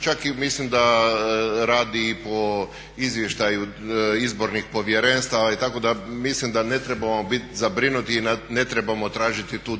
čak mislim da radi i po izvještaju izbornih povjerenstava itd. Mislim da ne trebamo biti zabrinuti i ne trebamo tražiti tu